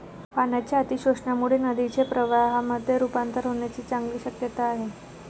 पाण्याच्या अतिशोषणामुळे नदीचे प्रवाहामध्ये रुपांतर होण्याची चांगली शक्यता आहे